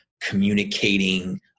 communicating